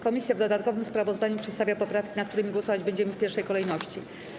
Komisja w dodatkowym sprawozdaniu przedstawia poprawki, nad którymi głosować będziemy w pierwszej kolejności.